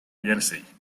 jersey